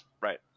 Right